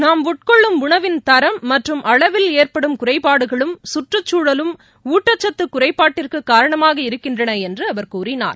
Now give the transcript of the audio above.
நாம் உட்கொள்ளும் உணவின் தரம் மற்றும் அளவில் ஏற்படும் குறைபாடுகளும் கற்றுச்சூழலும் ஊட்டச்சத்துகுறைபாட்டிற்குகாரணமாக இருக்கின்றனஎன்றுஅவர் கூறினார்